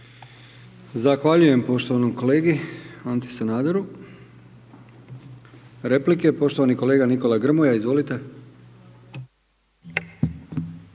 Zahvaljujem poštovanom kolegi Anti Sanaderu. Replike. Poštovani kolega Nikola Grmoja. Izvolite.